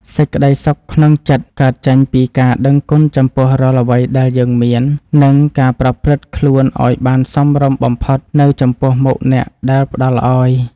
សេចក្តីសុខក្នុងចិត្តកើតចេញពីការដឹងគុណចំពោះរាល់អ្វីដែលយើងមាន និង ការប្រព្រឹត្តខ្លួនឱ្យបានសមរម្យបំផុតនៅចំពោះមុខអ្នកដែលផ្តល់ឱ្យ។